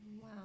Wow